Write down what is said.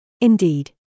Indeed